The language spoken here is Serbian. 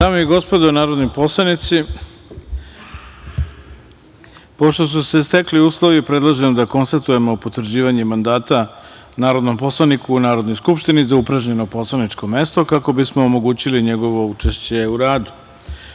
Dame i gospodo narodni poslanici, pošto su se stekli uslovi, predlažem da konstatujemo potvrđivanje mandata, narodnom poslaniku u Narodnoj skupštini za upražnjeno poslaničko mesto, kako bismo omogućili njegovu učešće u